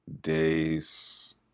days